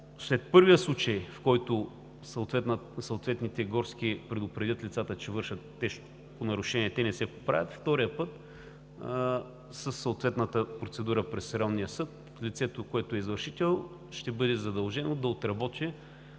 след първия случай, в който съответните горски предупредят лицата, че вършат тежко нарушение, а те не се поправят, втория път, със съответната процедура през районния съд лицето, което е извършител, ще бъде задължено да отработи